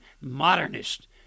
modernist